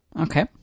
Okay